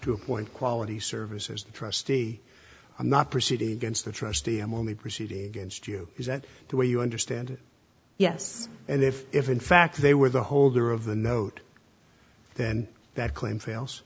to appoint quality services trustee i'm not proceeding against the trustee i'm only proceeding against you is that the way you understand it yes and if if in fact they were the holder of the note then that claim fails